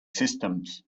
systems